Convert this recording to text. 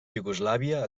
iugoslàvia